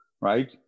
right